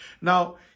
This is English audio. Now